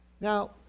Now